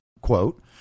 quote